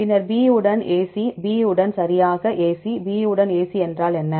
பின்னர் B உடன் AC B உடன் சரியாக AC B உடன் AC என்றால் என்ன